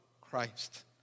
Christ